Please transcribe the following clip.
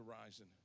horizon